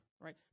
right